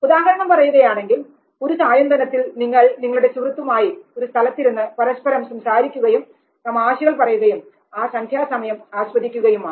ഉദാഹരണം പറയുകയാണെങ്കിൽ ഒരു സായന്തനത്തിൽ നിങ്ങൾ നിങ്ങളുടെ സുഹൃത്തുമായി ഒരു സ്ഥലത്തിരുന്ന് പരസ്പരം സംസാരിക്കുകയും തമാശകൾ പറയും ആ സന്ധ്യാസമയം ആസ്വദിക്കുകയുമാണ്